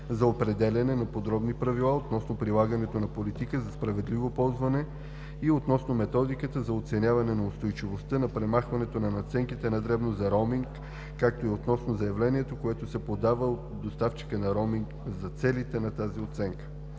за определяне на подробни правила относно прилагането на политика за справедливо ползване и относно методиката за оценяване на устойчивостта на премахването на надценките на дребно за роуминг, както и относно заявлението, което се подава от доставчика на роуминг за целите на тази оценка.